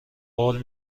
قول